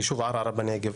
ביישוב ערערה בנגב,